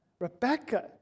Rebecca